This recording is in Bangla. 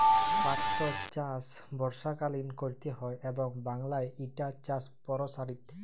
পাটটর চাষ বর্ষাকালীন ক্যরতে হয় এবং বাংলায় ইটার চাষ পরসারিত